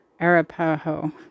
Arapaho